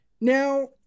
Now